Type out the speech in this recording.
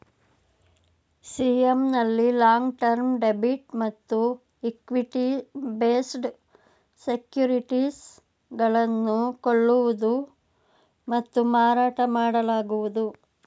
CM ನಲ್ಲಿ long term debit ಮತ್ತು equity based securities ಗಳನ್ನು ಕೊಳ್ಳುವುದು ಮತ್ತು ಮಾರಾಟ ಮಾಡಲಾಗುವುದು